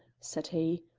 said he,